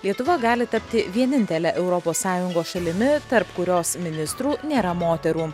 lietuva gali tapti vienintele europos sąjungos šalimi tarp kurios ministrų nėra moterų